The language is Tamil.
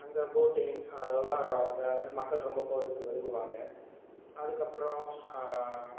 அங்கே போட்டிங் அதெலாம் மக்கள் ரொம்ப போகிறதுக்கு விரும்புவாங்க அதுக்கப்புறம்